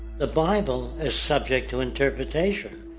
the bible is subject to interpretation.